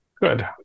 Good